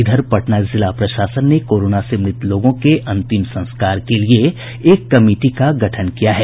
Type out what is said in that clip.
इधर पटना जिला प्रशासन ने कोरोना से मृत लोगों के अंतिम संस्कार के लिए एक कमिटी का गठन किया है